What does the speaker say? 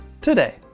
today